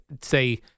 say